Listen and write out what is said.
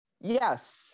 Yes